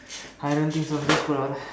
I don't think so just put down there